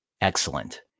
Excellent